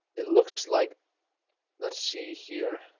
it looks like let's see here,